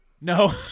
No